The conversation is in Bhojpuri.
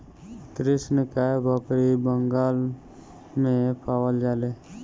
कृष्णकाय बकरी बंगाल में पावल जाले